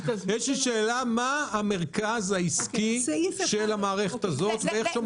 אני שואל: מה המרכז העסקי של המערכת הזאת ואיך שומרים עליו?